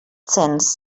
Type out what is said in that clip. cents